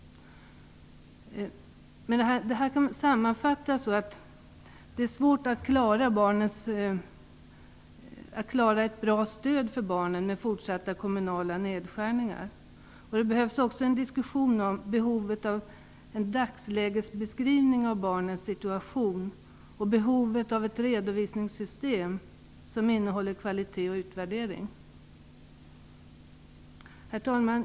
Det här kan sammanfattas så att det är svårt att klara ett bra stöd för barnen med fortsatta kommunala nedskärningar. Det behövs också en diskussion om behovet av en dagslägesbeskrivning av barns situation och behovet av ett redovisningssystem, som innehåller kvalitet och utvärdering. Herr talman!